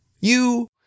You